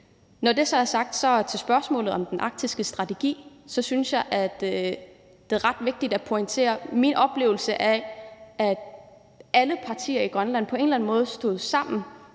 at jeg synes, det er ret vigtigt at pointere, at det er min oplevelse, at alle partier i Grønland på en eller anden måde stod sammen